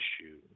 issue